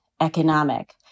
economic